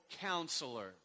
Counselor